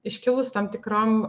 iškilus tam tikrom